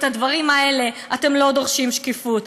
לדברים האלה אתם לא דורשים שקיפות.